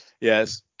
Yes